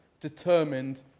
determined